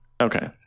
okay